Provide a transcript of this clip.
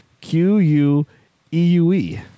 Q-U-E-U-E